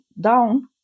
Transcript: down